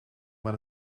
maar